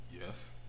Yes